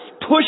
push